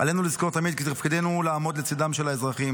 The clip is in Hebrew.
עלינו לזכור תמיד כי תפקידנו הוא לעמוד לצידם של האזרחים,